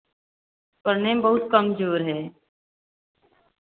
पढ़ने में बहुत कमज़ोर है